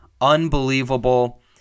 unbelievable